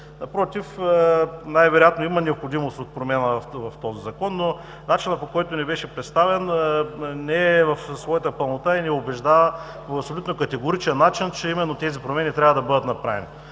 Напротив, най-вероятно има необходимост от промяна в този Закон, но начинът, по който ни беше представен не е в своята пълнота и не ни убеждава по абсолютно категоричен начин, че именно тези промени трябва да бъдат направени.